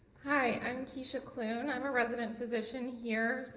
hi. i'm keisha clune, i am a resident physician here,